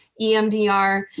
EMDR